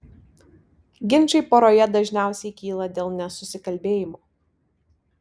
ginčai poroje dažniausiai kyla dėl nesusikalbėjimo